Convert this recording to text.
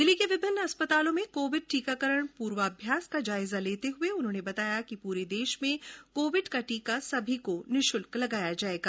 दिल्ली के विभिन्न अस्पतालों में कोविड टीकाकरण पूर्वाभ्यास का जायजा लेते हये उन्होने बताया कि पूरे देश में कोविड का टीका सभी को निशुल्क लगाया जायेगा